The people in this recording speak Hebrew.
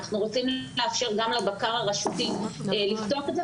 אנחנו רוצים לאפשר גם לבקר הראשותי לפתוח את זה,